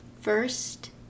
First